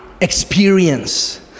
experience